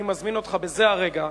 אני מזמין אותך בזה הרגע,